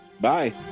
Bye